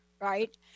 right